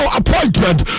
appointment